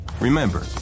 Remember